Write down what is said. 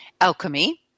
alchemy